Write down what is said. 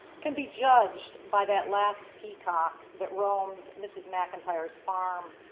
can be judged by that last peacock that roams mrs. mcintrye's farm.